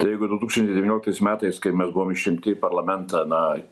tai jeigu du tūkstantis devynioliktais metais kai mes buvome išrinkti į parlamentą na